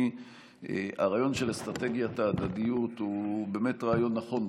הרעיון של אסטרטגיית ההדדיות הוא באמת רעיון נכון.